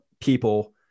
people